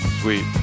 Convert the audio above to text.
Sweet